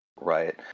Right